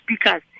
speakers